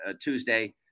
Tuesday